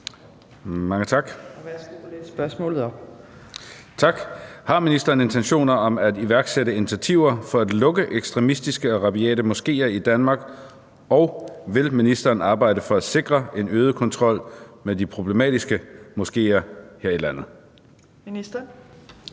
Knuth (KF): Har ministeren intentioner om at iværksætte initiativer for at lukke ekstremistiske og rabiate moskéer i Danmark, og vil ministeren arbejde for at sikre en øget kontrol med de problematiske moskéer her i landet?